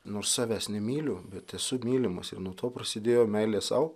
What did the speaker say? nors savęs nemyliu bet esu mylimas ir nuo to prasidėjo meilė sau